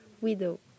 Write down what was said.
widow